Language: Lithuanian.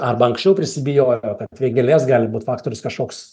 arba anksčiau prisibijojo kad vėgėlės gali būt faktorius kažkoks